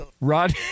Rod